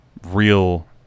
real